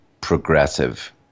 Progressive